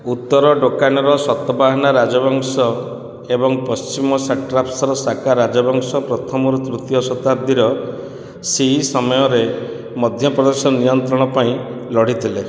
ଉତ୍ତର ଡେକାନର ସତଭାହାନା ରାଜବଂଶ ଏବଂ ପଶ୍ଚିମ ସାଟ୍ରାପ୍ସର ସାକା ରାଜବଂଶ ପ୍ରଥମରୁ ତୃତୀୟ ଶତାବ୍ଦୀର ସେହି ସମୟରେ ମଧ୍ୟପ୍ରଦେଶର ନିୟନ୍ତ୍ରଣ ପାଇଁ ଲଢିଥିଲେ